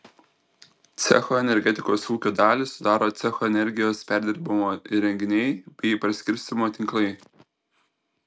cecho energetikos ūkio dalį sudaro cecho energijos perdirbimo įrenginiai bei paskirstymo tinklai